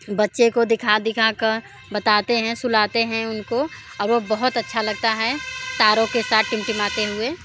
बच्चे को दिखा दिखा कर बताते हैं सुलाते हैं उनको और वो बहुत अच्छा लगता हैं तारों के साथ टिमटिमाते हुए